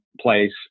place